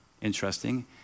Interesting